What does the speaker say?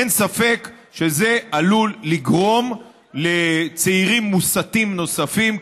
אין ספק שזה עלול לגרום לצעירים מוסתים נוספים,